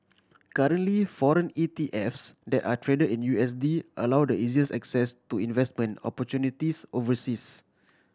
currently foreign ETFs that are trad in U S D allow the easiest access to investment opportunities overseas